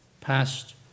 Past